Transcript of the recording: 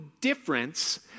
difference